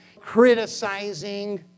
criticizing